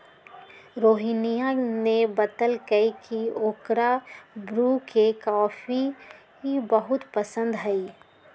रोहिनीया ने बतल कई की ओकरा ब्रू के कॉफी बहुत पसंद हई